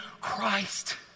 Christ